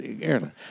airline